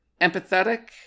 empathetic